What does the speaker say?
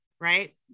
right